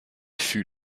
fut